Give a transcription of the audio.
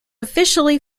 officially